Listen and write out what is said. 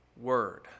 word